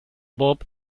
bob